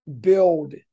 build